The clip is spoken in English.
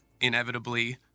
inevitably